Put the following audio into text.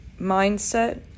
mindset